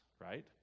right